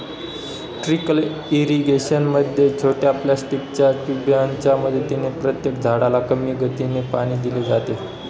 trickle irrigation मध्ये छोट्या प्लास्टिकच्या ट्यूबांच्या मदतीने प्रत्येक झाडाला कमी गतीने पाणी दिले जाते